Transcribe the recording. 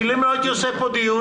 כי אם לא הייתי מקיים פה דיון,